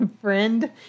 friend